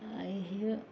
یہِ ہے یہِ